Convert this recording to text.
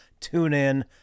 TuneIn